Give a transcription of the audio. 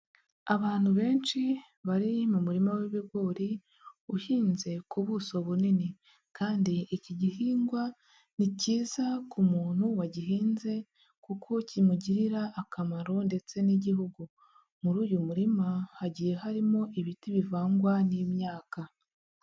Abantu benshi bari mu murima w'ibigori uhinze ku buso bunini kandi iki gihingwa ni cyiza ku muntu wagihinze kuko kimugirira akamaro ndetse n'Igihugu, muri uyu murima hagiye harimo ibiti bivangwa n'imyaka.